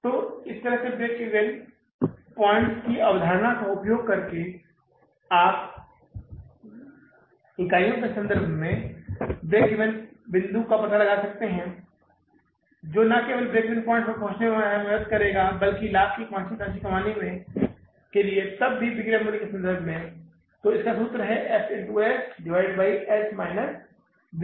तो इस तरह से ब्रेक ईवन प्वाइंट की अवधारणा का उपयोग करके आप इकाइयों के संदर्भ में ब्रेक ईवन बिंदु का पता लगा सकते हैं जो न केवल ब्रेक ईवन बिंदु पर पहुंचने में हमारी मदद कर रहा है बल्कि लाभ की एक वांछित राशि कमाने के लिए तब भी बिक्री के मूल्य के संदर्भ में तो इसका सूत्र F S S V है